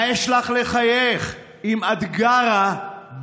מה יש לך לחייך אם את גרה בגולה?